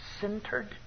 centered